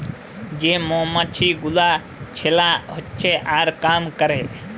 যে মমাছি গুলা ছেলা হচ্যে আর কাম ক্যরে